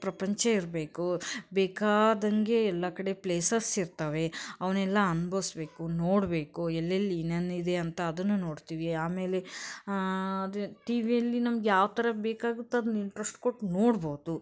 ಪ್ರಪಂಚ ಇರಬೇಕು ಬೇಕಾದಂಗೆ ಎಲ್ಲ ಕಡೆ ಪ್ಲೇಸಸ್ ಇರ್ತವೆ ಅವನ್ನೆಲ್ಲ ಅನುಭವ್ಸ್ಬೇಕು ನೋಡಬೇಕು ಎಲ್ಲೆಲ್ಲಿ ಏನೇನು ಇದೆ ಅಂತ ಅದನ್ನೂ ನೋಡ್ತೀವಿ ಆಮೇಲೆ ಅದು ಟಿ ವಿಯಲ್ಲಿ ನಮ್ಗೆ ಯಾವ ಥರ ಬೇಕಾಗುತ್ತೋ ಅದ್ನ ಇಂಟ್ರಸ್ಟ್ ಕೊಟ್ಟು ನೋಡ್ಬೋದು